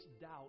doubt